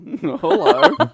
hello